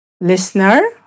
Listener